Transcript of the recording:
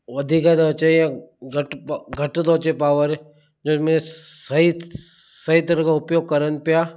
वधीक थो अचे या घटि प घटि थो अचे पॉवर जंहिं में सही सही तरह सां उपयोग करनि पिया